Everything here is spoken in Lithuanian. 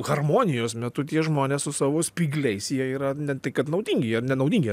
harmonijos metu tie žmonės su savo spygliais jie yra ne tai kad naudingi jie nenaudingi